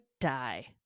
die